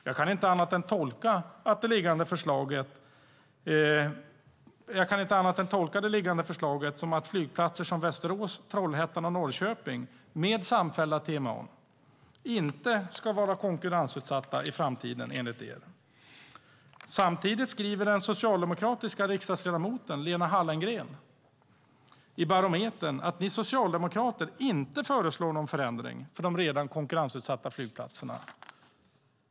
Jag kan inte annat än att tolka ert förslag som att flygplatserna i Västerås, Trollhättan och Norrköping, med samfällda TMA:n, inte ska vara konkurrensutsatta i framtiden. Samtidigt skriver den socialdemokratiska riksdagsledamoten Lena Hallengren i Barometern att Socialdemokraterna inte föreslår någon förändring för de redan konkurrensutsatta flygplatserna.